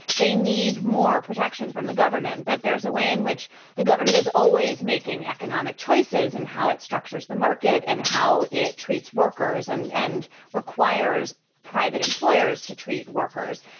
they need more protection from the government, that there there's a way in which the government is always making economic choices and how it structures the market and how it treats workers and and requires private employers to treat workers.